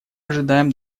ожидаем